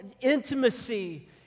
intimacy